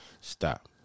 stop